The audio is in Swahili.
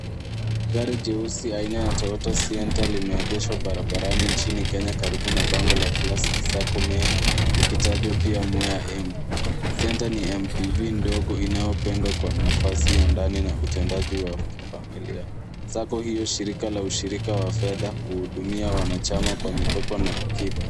Gari jeusi ya aina ya toyota sienta limeegeshwa barabarani nchini kenya karibu na bango la classic sacco Meru likitajwa pia Mwea, Embu. Sienta ni MPV ndogo inayopendwa kwa nafasi ya ndani na utendaji wa kifamilia. Sacco hiyo shirika la ushirika wa fedha huhudumia wanachama kwa mikopo na akiba.